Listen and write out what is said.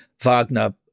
Wagner